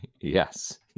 Yes